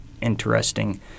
interesting